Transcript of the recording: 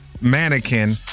Mannequin